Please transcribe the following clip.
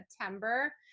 September